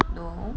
no